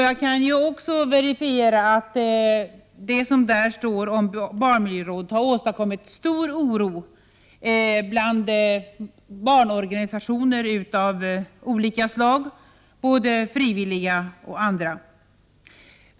Jag kan också intyga att vad som där sägs om barnmiljörådet har åstadkommit stor oro bland barnorganisationer av olika slag, både frivilliga och andra.